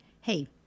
hey